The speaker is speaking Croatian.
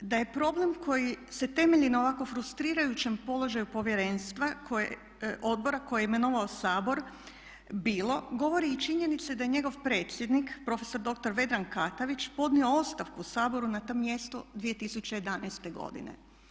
Da je problem koji se temelji na ovako frustrirajućem položaju povjerenstva, odbora koji je imenovao Sabor bilo govore i činjenice da je njegov predsjednik prof.dr. Vedran Katavić podnio ostavku Saboru na to mjesto 2011. godine.